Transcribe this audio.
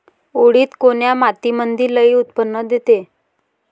उडीद कोन्या मातीमंदी लई उत्पन्न देते?